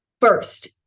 First